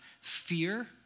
fear